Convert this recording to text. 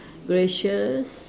gracious